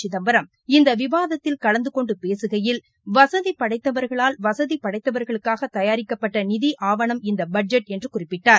சிதம்பரம் இந்த விவாதத்தில் கலந்து கொண்டு பேசுகையில் வசதி படைத்தவர்களால் வசதி படைத்தவர்களுக்காக தயாரிக்கப்பட்ட நிதி ஆவணம் இஇந்த பட்ஜெட் என்று குறிப்பிட்டார்